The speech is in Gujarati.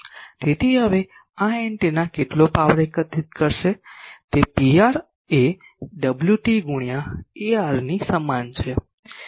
હવે તેથી આ એન્ટેના કેટલો પાવર એકત્રિત કરશે તે Pr એ Wt ગુણ્યા Ar ની સમાન છે